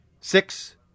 Six